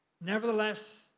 Nevertheless